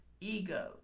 ego